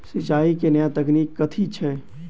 सिंचाई केँ नया तकनीक कथी छै?